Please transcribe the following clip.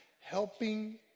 helping